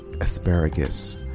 asparagus